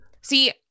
See